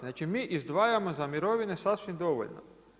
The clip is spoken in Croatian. Znači mi izdvajamo za mirovine sasvim dovoljno.